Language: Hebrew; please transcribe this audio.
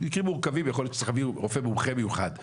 במקרים מורכבים יכול להיות שצריך להביא מומחה מיוחד לעניין.